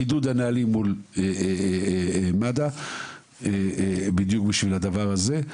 חידוד הנהלים מול מד"א בדיוק בנושא הזה.